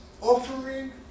offering